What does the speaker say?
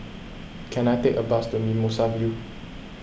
can I take a bus to Mimosa View